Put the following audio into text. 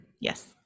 yes